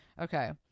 Okay